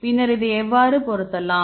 பின்னர் இதை எவ்வாறு பொருத்தலாம்